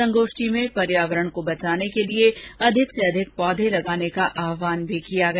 संगोष्ठी में पर्यावरण को बचाने के लिए अधिक से अधिक पौधे लगाने का आहवान भी किया गया